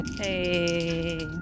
Hey